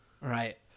Right